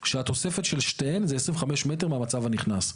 כשהתופסת של שתיהן זה 25 מטר מהמצב הנכנס.